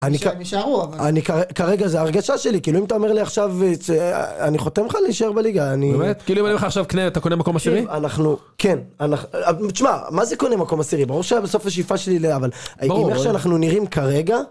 אני כרגע, זה ההרגשה שלי, כאילו אם אתה אומר לי עכשיו, אני חותם לך להישאר בליגה, אני... באמת? כאילו אם אני אומר לך עכשיו קנה, אתה קונה מקום עשירי? כן, אנחנו, כן. תשמע, מה זה קונה מקום עשירי? ברור שהיה בסוף השאיפה שלי, אבל... ברור. אם איך שאנחנו נראים כרגע...